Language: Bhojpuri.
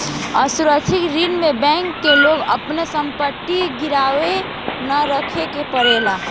असुरक्षित ऋण में बैंक के लगे आपन संपत्ति गिरवी ना रखे के पड़ेला